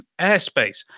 airspace